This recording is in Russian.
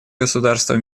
государства